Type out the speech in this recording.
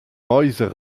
meisa